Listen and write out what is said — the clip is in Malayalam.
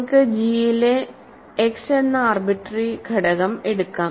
നമുക്ക് ജി യിലെ x എന്ന ആർബിട്രറി ഒരു ഘടകം എടുക്കാം